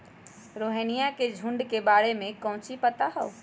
रोहिनया के झुंड के बारे में कौची पता हाउ?